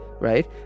right